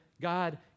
God